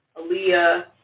Aaliyah